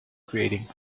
creating